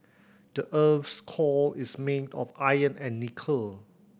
the earth's core is made of iron and nickel